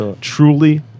truly